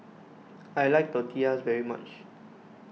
I like Tortillas very much